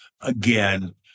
again